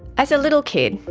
as a little kid,